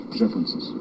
differences